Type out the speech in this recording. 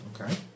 Okay